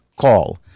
call